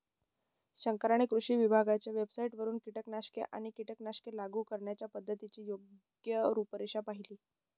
शंकरने कृषी विभागाच्या वेबसाइटवरून कीटकनाशके आणि कीटकनाशके लागू करण्याच्या पद्धतीची योग्य रूपरेषा पाहिली